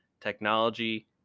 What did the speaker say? technology